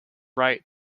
right